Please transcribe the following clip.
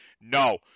No